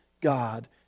God